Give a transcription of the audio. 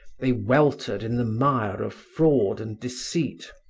they weltered in the mire of fraud and deceit,